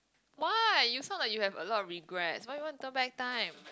why you sound like you have a lot of regrets why you want turn back time